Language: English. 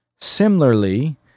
Similarly